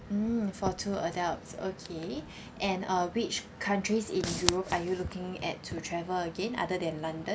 mm for two adults okay and uh which countries in europe are you looking at to travel again other than london